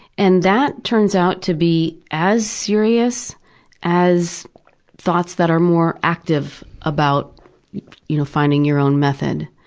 and that turns out to be as serious as thoughts that are more active about you know finding your own method.